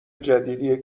جدیدیه